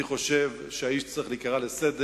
אני חושב שהאיש צריך להיקרא לסדר.